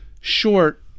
short